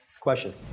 Question